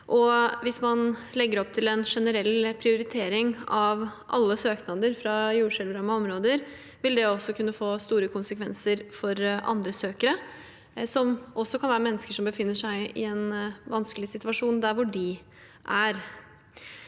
Hvis man legger opp til en generell prioritering av alle søknader fra jordskjelvrammede områder, vil det få store konsekvenser for andre søkere som også kan være mennesker som befinner seg i en vanskelig situasjon der hvor